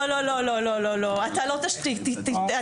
לא, לא לא אתה לא תשתיק אותי.